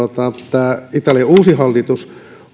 että italian uusi hallitus